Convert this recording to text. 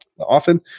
often